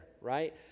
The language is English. right